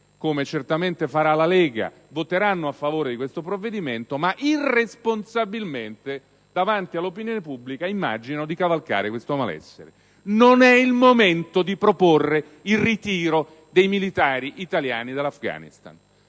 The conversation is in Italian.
come certamente farà la Lega - voteranno a favore di questo provvedimento ma irresponsabilmente davanti all'opinione pubblica immaginano di cavalcare questo malessere. Non è il momento di proporre il ritiro dei militari italiani dall'Afghanistan,